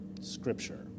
scripture